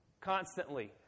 Constantly